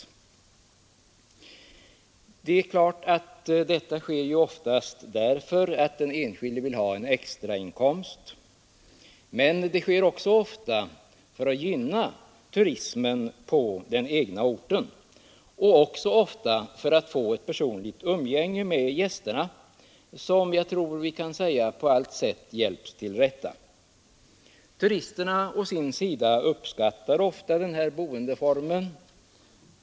Givetvis sker detta oftast därför att den enskilde vill ha en extrainkomst, men det sker också ofta för att gynna turismen på den egna orten och ofta även för att man önskar få ett personligt umgänge med gästerna, som på allt sätt hjälps till rätta. Turisterna å sin sida uppskattar ofta denna boendeform.